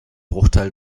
bruchteil